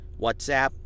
WhatsApp